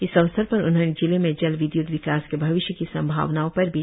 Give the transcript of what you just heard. इस अवसर पर उन्होंने जिले में जल विदय्त विकास के भविषय की संभावनाओं पर भी जानकारी दी